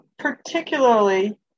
particularly